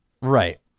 Right